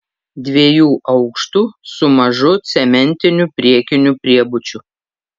dviejų aukštų su mažu cementiniu priekiniu priebučiu